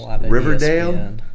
Riverdale